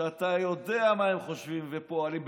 שאתה יודע מה הם חושבים ופועלים,